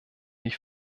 ich